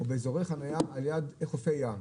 או באזורי חנייה על-יד חופי ים.